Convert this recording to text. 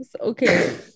Okay